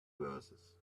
verses